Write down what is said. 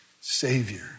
savior